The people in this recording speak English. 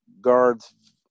guards